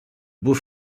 beau